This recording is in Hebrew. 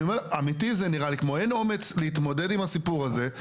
אני אומר אמיתי זה נראה לי כמו אין אומץ להתמודד עם הסיפור הזה,